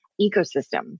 ecosystem